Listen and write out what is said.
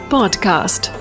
Podcast